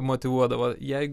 motyvuodavo jei